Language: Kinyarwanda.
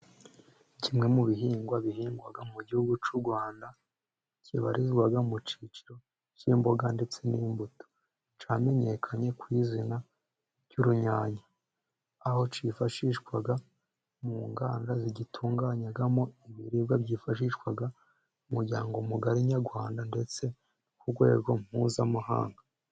Kimwe mu bihingwa bihingwa mu gihugu cy'u Rwanda kibarizwa mu cyicyiro cy'imboga ndetse n'imbuto. cyamenyekanye ku izina ry'urunyanya cyifashishwa mu nganda zigitunganyagamo ibiribwa byifashishwa n'umuryango mugari nyarwanda ndetse ku rwego mpuzamahanga.